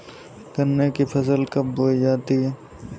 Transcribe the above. गन्ने की फसल कब बोई जाती है?